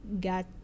got